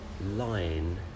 line